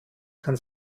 kann